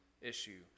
issue